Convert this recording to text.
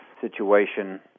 situation